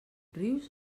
rius